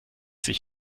sich